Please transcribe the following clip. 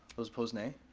those opposed, nay.